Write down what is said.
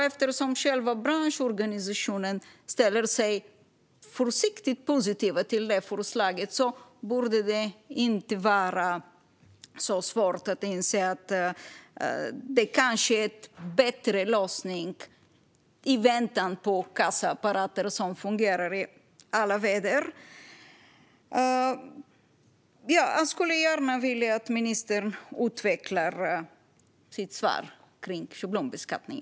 Eftersom branschorganisationen själv ställer sig försiktigt positiv till förslaget borde det inte vara så svårt att inse att det kanske är en bättre lösning i väntan på kassaapparater som fungerar i alla väder. Jag skulle gärna vilja att ministern utvecklade sitt svar om schablonbeskattning.